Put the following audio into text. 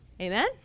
Amen